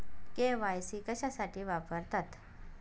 KYC कशासाठी वापरतात?